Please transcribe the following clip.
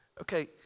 Okay